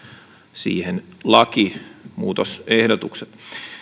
siihen lakimuutosehdotukset